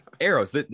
arrows